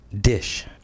Dish